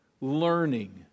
Learning